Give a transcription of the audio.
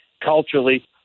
culturally